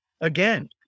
Again